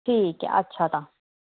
ठीक ऐ अच्छा तां